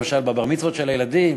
למשל בבר-מצוות של הילדים,